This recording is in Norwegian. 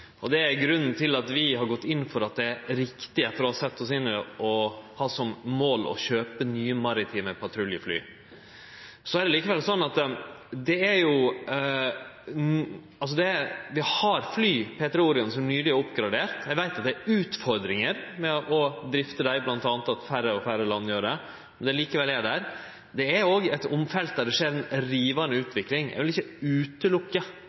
havområde. Det er grunnen til at vi har gått inn for at det er riktig – etter å ha sett oss inn i det – å ha som mål å kjøpe nye maritime patruljefly. Det er likevel sånn at vi har P-3 Orion-fly som nyleg er oppgraderte. Eg veit det er utfordringar med å drifte dei, bl.a. fordi færre og færre land gjer det, men dei er der likevel. Det er òg eit felt i rivande utvikling. Eg vil ikkje utelukke